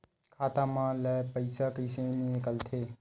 खाता मा ले पईसा कइसे निकल थे?